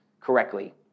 correctly